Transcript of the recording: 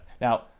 Now